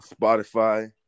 Spotify